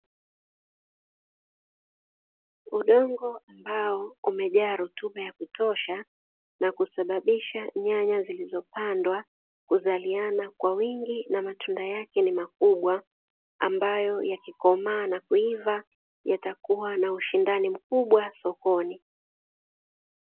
Udongo ambao umejaa rutuba ya kutosha, na kusababisha nyanya zilizopandwa kuzaliana kwa wingi, na matunda yake ni makubwa, ambayo yakikomaa na kuiva, yatakuwa na ushindani mkubwa sokoni.